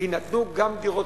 יינתנו גם דירות.